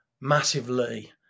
massively